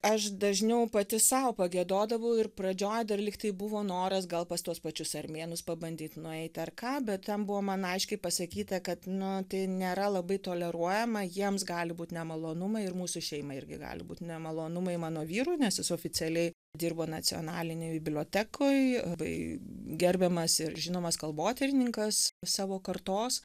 aš dažniau pati sau pagiedodavau ir pradžioj dar lyg tai buvo noras gal pas tuos pačius armėnus pabandyt nueit ar ką bet ten buvo man aiškiai pasakyta kad nu tai nėra labai toleruojama jiems gali būt nemalonumai ir mūsų šeimai irgi gali būt nemalonumai mano vyrui nes jis oficialiai dirbo nacionalinėj bibliotekoj labai gerbiamas ir žinomas kalbotyrininkas savo kartos